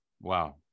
Wow